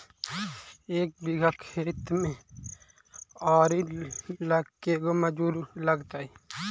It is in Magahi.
एक बिघा खेत में आरि ल के गो मजुर लगतै?